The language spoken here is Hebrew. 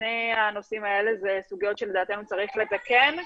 שני הנושאים האלה, אלה סוגיות שלדעתנו צריך לתקן.